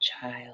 child